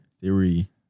theory